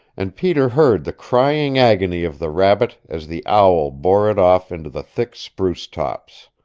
and peter heard the crying agony of the rabbit as the owl bore it off into the thick spruce tops.